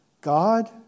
God